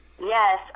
yes